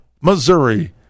Missouri